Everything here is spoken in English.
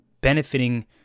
benefiting